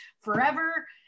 forever